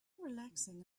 relaxing